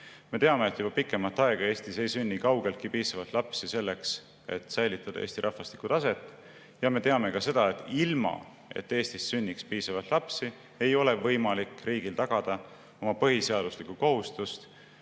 Me teame, et juba pikemat aega ei sünni Eestis kaugeltki piisavalt lapsi selleks, et säilitada Eesti rahvastiku taset. Ja me teame ka seda, et ilma, et Eestis sünniks piisavalt lapsi, ei ole võimalik riigil tagada oma põhiseaduslikku kohustust